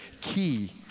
key